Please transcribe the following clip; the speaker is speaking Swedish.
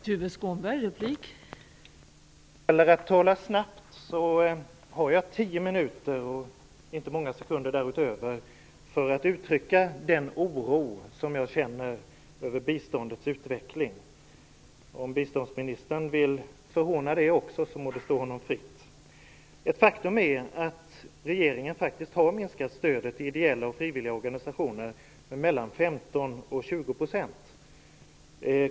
Fru talman! Vad gäller att tala snabbt har jag tio minuter och inte många sekunder därutöver för att uttrycka den oro jag känner över biståndets utveckling. Om biståndsministern vill förhåna det också må det stå honom fritt. Regeringen har faktiskt minskat stödet till ideella och frivilliga organisationer med mellan 15 och 20 %.